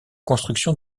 construction